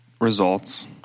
results